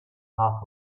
half